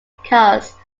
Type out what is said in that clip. because